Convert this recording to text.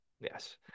Yes